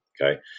okay